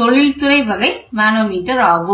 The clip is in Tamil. தொழில்துறை வகை மனோமீட்டர் ஆகும்